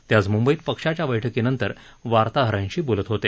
ते आज म्ंबईत पक्षाच्या बैठकीतनंतर वार्ताहरांशी बोलत होते